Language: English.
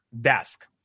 desk